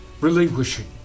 relinquishing